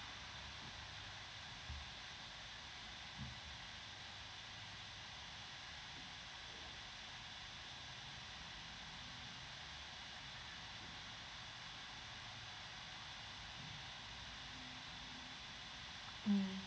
mm